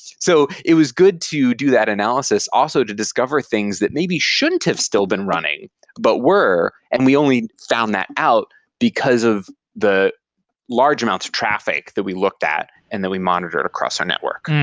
so it was good to do that analysis also to discover things that maybe shouldn't have still been running but were and we only found that out because of the large amounts of traffic that we looked at and that we monitor across our network.